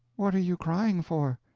what are you crying for?